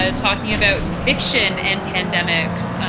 ah talking about fiction and pandemics.